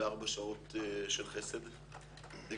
כמו שאנחנו אומרים בהלכה חס ושלום לא